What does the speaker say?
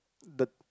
the